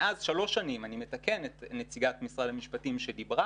מאז שלוש שנים אני מתקן את נציגת משרד המשפטים שדיברה